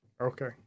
Okay